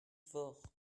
fort